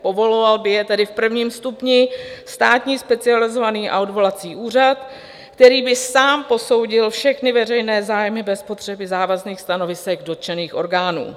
Povoloval by je tedy v prvním stupni Státní specializovaný a odvolací úřad, který by sám posoudil všechny veřejné zájmy bez potřeby závažných stanovisek dotčených orgánů.